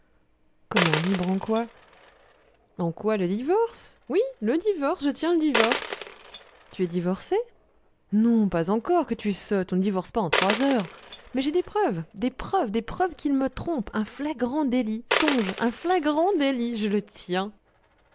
comment libre en quoi en quoi le divorce oui le divorce je tiens le divorce tu es divorcée non pas encore que tu es sotte on ne divorce pas en trois heures mais j'ai des preuves des preuves des preuves qu'il me trompe un flagrant délit songe un flagrant délit je le tiens